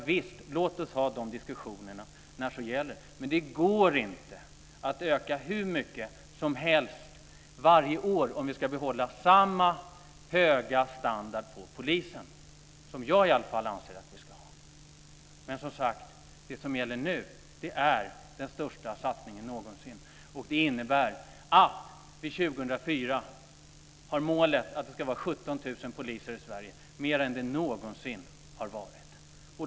Javisst, låt oss ha de diskussionerna när det så gäller, men det går inte att öka hur mycket som helst varje år om vi ska behålla den höga standard på polisen som jag i alla fall anser att vi ska ha. Som sagt: Det som gäller nu är den största satsningen någonsin, och det innebär att målet är att det 2004 ska vara 17 000 poliser i Sverige, mer än det någonsin har varit.